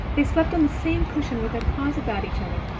they slept on the same cushion with their paws about each other,